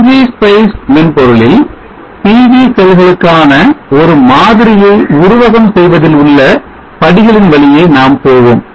ng spice மென்பொருளில் PV செல்களுக்கான ஒரு மாதிரியை உருவகம் செய்வதில் உள்ள படிகளின் வழியே நாம் போவோம்